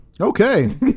Okay